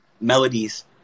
melodies